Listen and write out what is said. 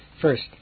First